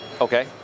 Okay